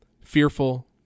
fearful